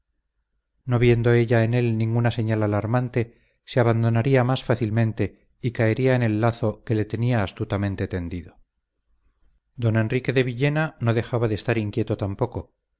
viendo ella en él ninguna señal alarmante se abandonaría más fácilmente y caería en el lazo que le tenía astutamente tendido don enrique de villena no dejaba de estar inquieto tampoco